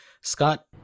Scott